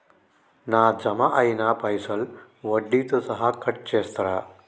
నా జమ అయినా పైసల్ వడ్డీతో సహా కట్ చేస్తరా?